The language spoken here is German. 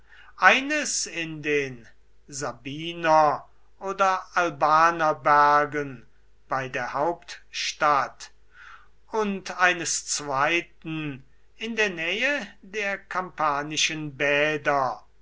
eines in den sabiner oder albaner bergen bei der hauptstadt und eines zweiten in der nähe der kampanischen bäder